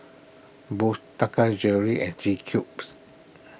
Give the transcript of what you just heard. Boost Taka Jewelry and C Cubes